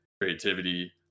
creativity